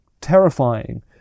terrifying